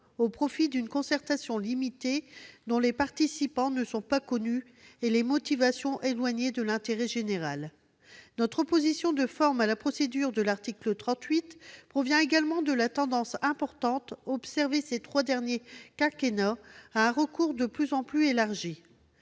au profit d'une concertation limitée, dont les participants ne sont pas connus et dont les motivations sont éloignées de l'intérêt général. Notre opposition sur la forme à la procédure de l'article 38 résulte également de la tendance importante observée ces trois derniers quinquennats à un recours aux ordonnances de plus en plus élargi.